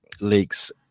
leaks